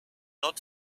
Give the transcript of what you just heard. not